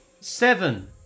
Seven